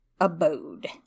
abode